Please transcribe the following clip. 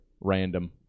random